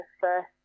first